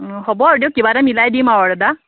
অঁ হ'ব আৰু দিয়ক কিবা এটা মিলাই দিম আৰু দাদা